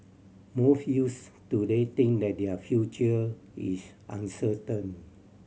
most youths today think that their future is uncertain